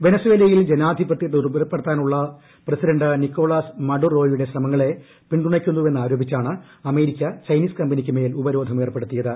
വെനസ്വേലയിൽ ജനാധിപത്യത്തെ ദുർബ്ബലപ്പെടുത്താനുള്ള president Nicolas മഡുറോയുടെ ശ്രമങ്ങളെ പിന്തുണയ്ക്കുന്നുവെന്നാരോപിച്ചാണ് അമേരിക്ക ചൈനീസ് കമ്പനിക്ക് മേൽ ഉപരോധം ഏർപ്പെടുത്തിയത്